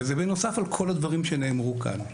וזה בנוסף על כל הדברים שנאמרו כאן.